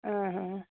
ആ ഹാ